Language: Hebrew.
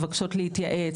מבקשות להתייעץ,